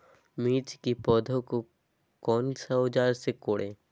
मिर्च की पौधे को कौन सा औजार से कोरे?